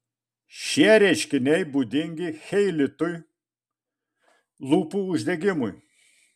šie reiškiniai būdingi cheilitui lūpų uždegimui